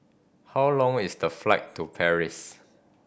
how long is the flight to Paris